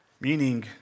Meaning